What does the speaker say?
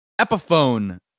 Epiphone